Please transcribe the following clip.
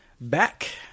back